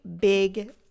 big